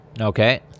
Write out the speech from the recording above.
Okay